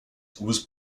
was